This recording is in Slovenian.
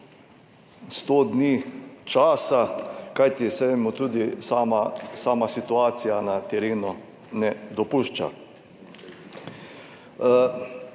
dni časa. Kajti, saj mu tudi sama situacija na terenu ne dopušča.